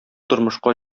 тормышка